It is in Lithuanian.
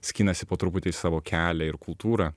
skinasi po truputį savo kelią ir kultūrą